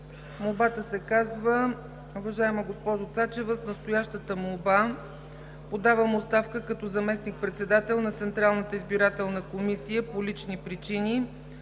молбата се казва: „Уважаема госпожо Цачева, с настоящата молба подавам оставка като заместник-председател на Централната избирателна комисия по лични причини.